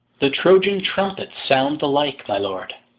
the troyan trumpets sound the like, my lord.